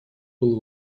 было